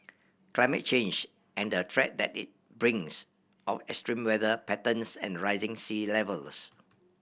climate change and the threat that it brings of extreme weather patterns and rising sea levels